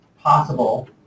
possible